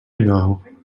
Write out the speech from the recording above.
know